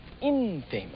infamous